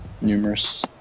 numerous